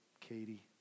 Katie